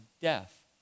death